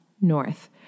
north